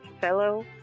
fellow